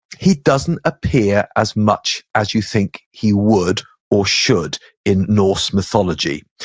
he doesn't appear as much as you think he would or should in norse mythology.